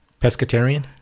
Pescatarian